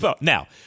Now